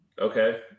Okay